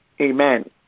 Amen